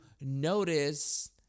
notice